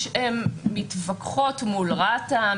הן מתווכחות מול רת"א,